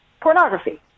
Pornography